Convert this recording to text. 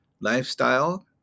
lifestyle